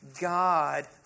God